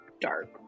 Dark